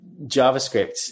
JavaScript